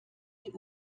die